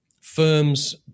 firms